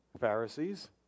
Pharisees